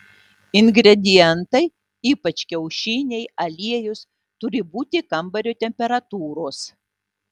ingredientai ypač kiaušiniai aliejus turi būti kambario temperatūros